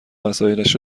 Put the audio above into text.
وسایلش